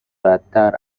بدتر